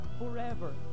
forever